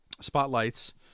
spotlights